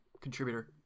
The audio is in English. contributor